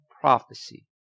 prophecy